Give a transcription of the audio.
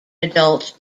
adult